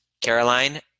Caroline